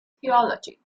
theology